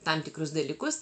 tam tikrus dalykus